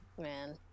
man